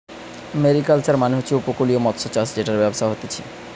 mariculture মানে হচ্ছে উপকূলীয় মৎস্যচাষ জেটার ব্যবসা হতিছে